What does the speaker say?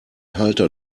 halter